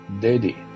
daddy